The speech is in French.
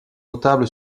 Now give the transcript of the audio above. notable